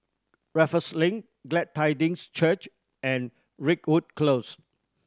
Raffles Link Glad Tidings Church and Ridgewood Close